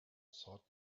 thought